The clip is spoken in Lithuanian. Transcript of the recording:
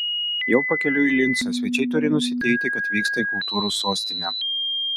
jau pakeliui į lincą svečiai turi nusiteikti kad vyksta į kultūros sostinę